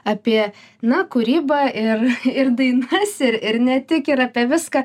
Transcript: apie na kūrybą ir ir dainas ir ir ne tik ir apie viską